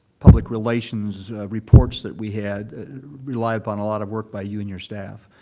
public relations reports that we had rely upon a lot of work by you and your staff,